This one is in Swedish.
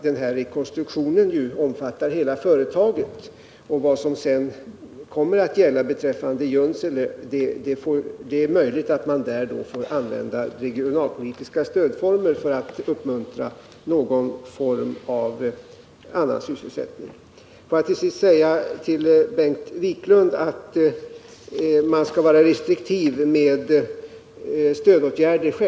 Denna rekonstruktion omfattar ju hela företaget, och beträffande Junsele är det möjligt att man får använda regionalpolitiska stödformer för att uppmuntra någon annan form av sysselsättning. Till sist vill jag säga till Bengt Wiklund att man självfallet skall vara restriktiv med stödåtgärder.